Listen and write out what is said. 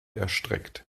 erstreckt